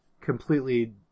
completely